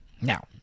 Now